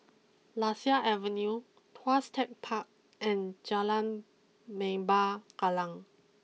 Lasia Avenue Tuas Tech Park and Jalan Lembah Kallang